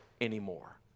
anymore